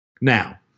Now